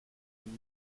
yiwe